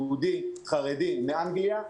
הוא יהודי חרדי מאנגליה.